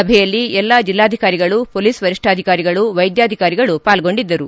ಸಭೆಯಲ್ಲಿ ಎಲ್ಲಾ ಜೆಲ್ಲಾಧಿಕಾರಿಗಳು ಮೊಲೀಸ್ ವರಿಷ್ಠಾಧಿಕಾರಿಗಳು ವೈದ್ಯಾಧಿಕಾರಿಗಳು ಪಾಲ್ಗೊಂಡಿದ್ದರು